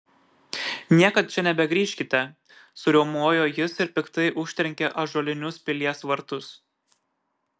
niekad čia nebegrįžkite suriaumojo jis ir piktai užtrenkė ąžuolinius pilies vartus